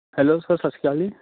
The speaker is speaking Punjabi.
ਹੈਲੋ ਸਰ ਸਤਿ ਸ਼੍ਰੀ ਅਕਾਲ ਜੀ